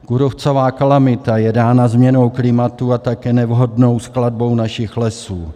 Kůrovcová kalamita je dána změnou klimatu a také nevhodnou skladbou našich lesů.